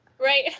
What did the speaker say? Right